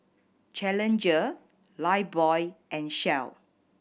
Challenger Lifebuoy and Shell